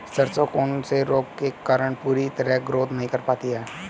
सरसों कौन से रोग के कारण पूरी तरह ग्रोथ नहीं कर पाती है?